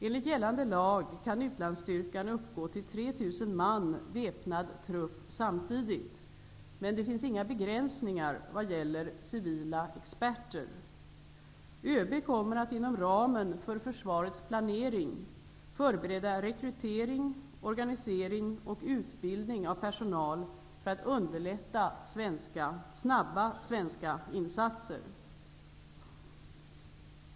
Enligt gällande lag kan utlandsstyrkan uppgå till 3 000 man väpnad trupp samtidigt, men det finns inga begränsningar vad gäller civila experter. ÖB kommer att inom ramen för försvarets planering förbereda rekrytering, organisering och utbildning av personal för att underlätta snabba svenska insatser.